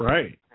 Right